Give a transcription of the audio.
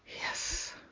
Yes